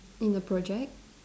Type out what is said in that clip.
in the project